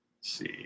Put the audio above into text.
see